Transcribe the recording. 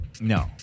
No